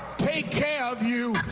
take care of you.